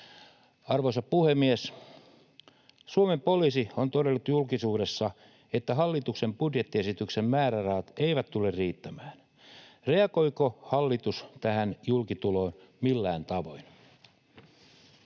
Arvoisa puhemies! Suomen poliisi on todennut julkisuudessa, että hallituksen budjettiesityksen määrärahat eivät tule riittämään. Reagoiko hallitus tähän julkituloon millään tavoin?